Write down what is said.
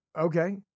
Okay